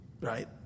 right